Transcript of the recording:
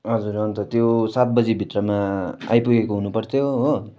हजुर अन्त त्यो सात बजीभित्रमा आइपुगेको हुनुपर्थ्यो हो